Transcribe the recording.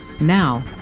Now